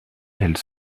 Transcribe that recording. elle